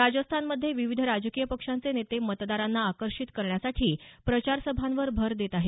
राजस्थानमध्ये विविध राजकीय पक्षांचे नेते मतदारांना आकर्षित करण्यासाठी प्रचारसभांवर भर देत आहेत